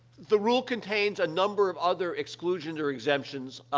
the rule contains a number of other exclusions or exemptions,